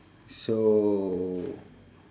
so